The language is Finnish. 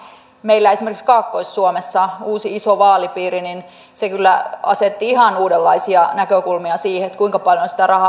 meillä esimerkiksi kaakkois suomessa on uusi iso vaalipiiri niin se kyllä asetti ihan uudenlaisia näkökulmia siihen kuinka paljon sitä rahaa pitää olla